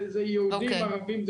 זה יהודים, ערבים.